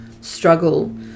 struggle